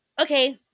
okay